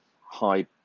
high